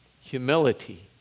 humility